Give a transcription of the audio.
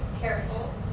Careful